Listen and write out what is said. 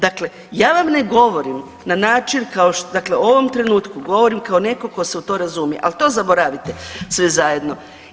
Dakle, ja vam ne govorim na način kao, dakle u ovom trenutku govorim kao netko tko se u to razumije, al to zaboravite sve zajedno.